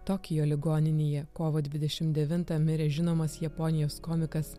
tokijo ligoninėje kovo dvidešim devintą mirė žinomas japonijos komikas